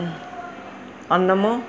అన్నము